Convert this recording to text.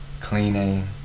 cleaning